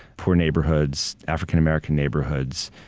poor neighborhoods, african american neighborhoods,